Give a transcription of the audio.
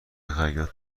خیاط